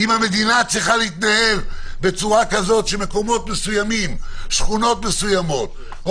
אם המדינה צריכה להתנהל כך ששכונות מסוימות או